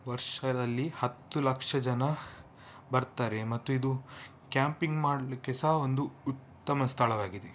ವರ್ಷದಲ್ಲಿ ಹತ್ತು ಲಕ್ಷ ಜನ ಬರ್ತಾರೆ ಮತ್ತು ಇದು ಕ್ಯಾಂಪಿಂಗ್ ಮಾಡಲಿಕ್ಕೆ ಸಹ ಒಂದು ಉತ್ತಮ ಸ್ಥಳವಾಗಿದೆ